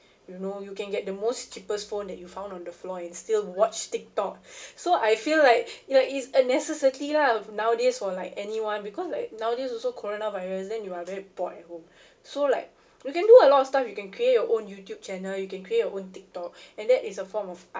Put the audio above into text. you know you can get the most cheapest phone that you found on the floor and still watch tiktok so I feel like like it's a necessity lah nowadays for like anyone because like nowadays also corona virus then you are very bored at home so like you can do a lot of stuff you can create your own youtube channel you can create your own tiktok and that is a form of art